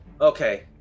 Okay